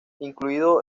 incluido